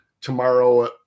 tomorrow